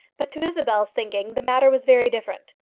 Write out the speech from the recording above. but to isabel's thinking the matter was very different.